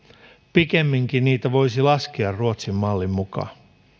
pikemminkin niitä voisi laskea ruotsin mallin mukaan